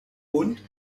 und